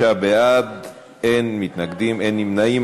26 בעד, אין מתנגדים, אין נמנעים.